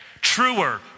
truer